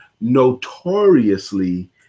notoriously-